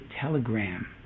telegram